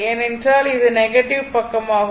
ஏனென்றால் இது நெகட்டிவ் பக்கமாகும்